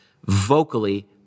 vocally